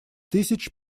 тысяч